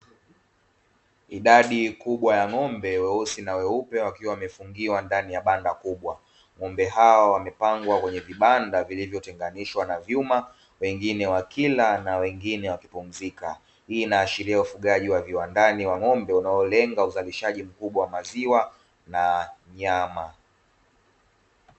Idadi kubwa ya ng'ombe weusi na weupe wakiwa wamefungiwa ndani ya banda kubwa. Ng'ombe hawa wamepangwa kwenye vibanda vilivyotenganishwa na vyuma wengine wakila na wengine wakipumzika. Hii inaashiria ufugaji wa viwandani wa ng'ombe unaolenga uzalishaji mkubwa wa maziwa na nyama.